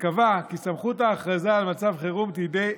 שקבע כי סמכות ההכרזה על מצב חירום תהיה